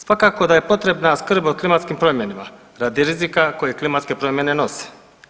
Svakako da je potrebna skrb o klimatskim promjenama radi rizika koje klimatske promjene nose.